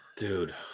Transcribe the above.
Dude